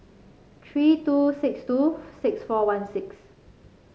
three two six two six four one six